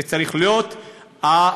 זה צריך להיות הצדק.